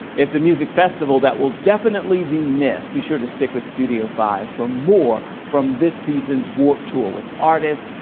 it is a music festival that will definitely be missed. be sure to stick with studio five for more from this season's warped tour with artists